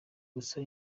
gusa